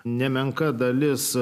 nemenka dalis